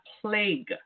plague